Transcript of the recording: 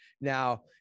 Now